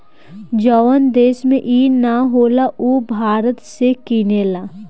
जवन देश में ई ना होला उ भारत से किनेला